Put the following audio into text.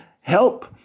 help